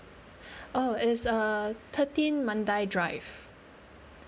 oh it's uh thirteen mandai drive